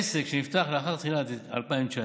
עסק שנפתח לאחר תחילת 2019,